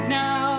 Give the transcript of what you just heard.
now